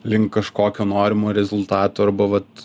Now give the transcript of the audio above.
link kažkokio norimo rezultato arba vat